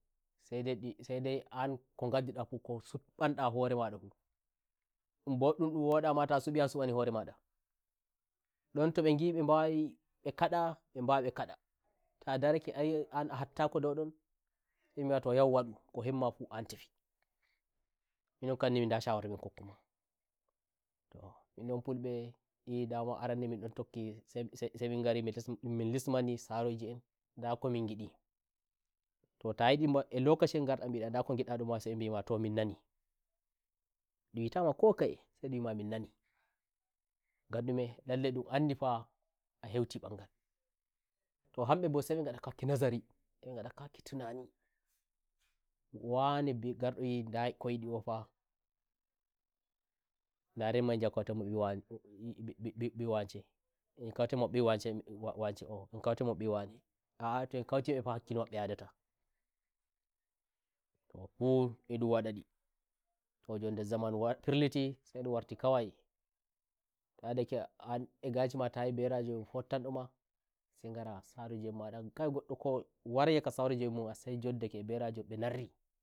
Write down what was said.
sai dai an ko ngaddu nda fu ko subbanda hore ma fundum boddum ndon wodama ta subi a subani hore madandon tobe ngi mbe bawai mbe kada mbe mbawai mbe kada ta darake ayi an a hottako daudonsai mbe mbi'a to yau wadu ko hemmafu an tefiminon kam ni nda shawara min kokku matoh minon fulbe ndi dama arande min don tokkisai sai min ngari min lismani saroji en nda ko min ngidato ta yidi a lokacire nden mbida nda ko ngidda ndumma sai mbe mbima to min nanindum wita ma ko kaye sai ndum wima min nani ngan ndume lallai ndum andi fa a heuti mbangalto hambe bo sai mbe ngada ka wakki nazarimbe ngada ka wakki tunaniwane bi ngardo wi ndako nyidi o fahndaren ma njahen kauten ma e wane "mb mbi mbi" mbi wanceen kauten mo mbi wance o en kauten mo mbi wane a'a to en kauti mbe fa hakkilo mabbeyadata to fu edun wadadito njon nde zaman war firlitisai ndum warti kawaito yadake an eganshi ma ta yi mberajo fottan ndoma sai ngara saroje en mada kawaigoddo kawai warai hokka saroje en masai njoddake a nberajo